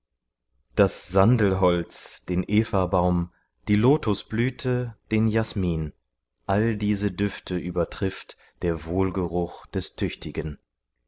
das sandelholz den evabaum die lotusblüte den jasmin all diese düfte übertrifft der wohlgeruch des tüchtigen